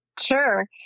Sure